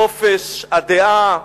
חופש הדעה,